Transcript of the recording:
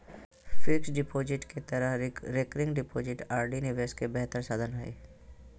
fixed deposit के तरह recurring deposit RD निवेश के बेहतर साधन हइ